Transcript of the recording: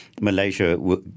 Malaysia